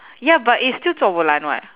ya but it's still 做 bo lan [what]